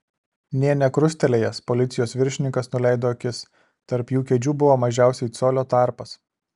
nė nekrustelėjęs policijos viršininkas nuleido akis tarp jų kėdžių buvo mažiausiai colio tarpas